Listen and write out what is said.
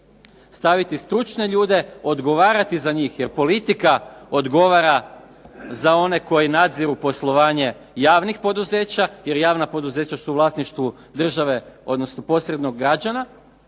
staviti stručne ljude, odgovarati za njih jer politika odgovara za one koji nadziru poslovanje javnih poduzeća jer javna poduzeća su u vlasništvu države, odnosno posredno građana,